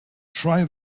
try